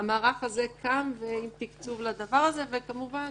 המערך הזה קם עם תקצוב לדבר הזה, וכמובן